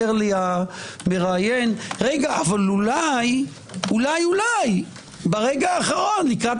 אומר לי המראיין: אבל אולי-אולי ברגע האחרון לקראת